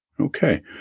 Okay